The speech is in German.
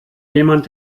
jemand